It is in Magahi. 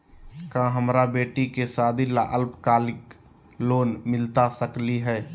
का हमरा बेटी के सादी ला अल्पकालिक लोन मिलता सकली हई?